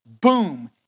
boom